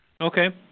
Okay